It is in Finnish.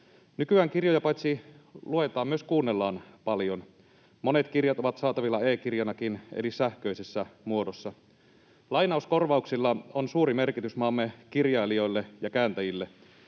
Nykyään kirjoja paitsi luetaan myös kuunnellaan paljon. Monet kirjat ovat saatavilla e-kirjanakin eli sähköisessä muodossa. Lainauskorvauksilla on suuri merkitys maamme kirjailijoille ja kääntäjille.